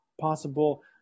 possible